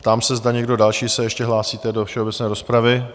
Ptám se, zda někdo další se ještě hlásíte do všeobecné rozpravy?